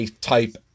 type